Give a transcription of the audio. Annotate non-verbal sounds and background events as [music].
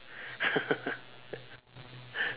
[laughs]